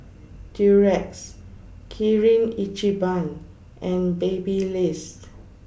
Durex Kirin Ichiban and Baby list